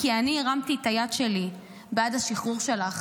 כי אני הרמתי את היד שלי בעד השחרור שלך.